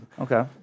okay